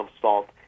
salt